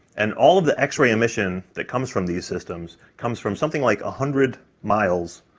and all of the x-ray emission that comes from these systems comes from something like a hundred miles,